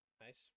Nice